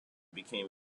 became